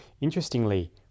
Interestingly